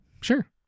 sure